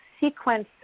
sequence